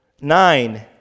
Nine